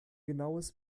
genaues